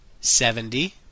Seventy